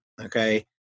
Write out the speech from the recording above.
okay